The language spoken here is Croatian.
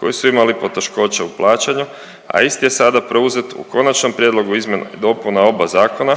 koji su imali poteškoća u plaćanju, a isti je sada preuzet u Konačnom prijedlogu izmjena i dopuna oba zakona,